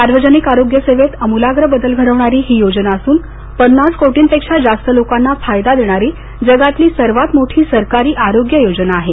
सार्वजनिक आरोग्य सेवेत अमुलाग्र बदल घडवणारी ही योजना असून पन्नास कोटी पेक्षा जास्त लोकांना फायदा देणारी जगातील सर्वात मोठी सरकारी आरोग्य योजना आहे